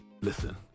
Listen